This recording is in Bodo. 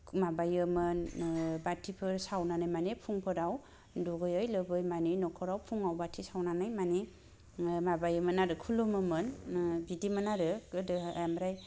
माबायोमोन ओ बाथिफोर सावनानै माने फुंफोराव दुगैयै लोबै माने नखराव फुङाव बाथि सावनानै माने ओ माबायोमोन आरो खुलुमोमोन ओ बिदिमोन आरो गोदो ओमफ्राय